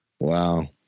Wow